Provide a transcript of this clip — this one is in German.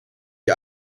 die